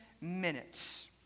minutes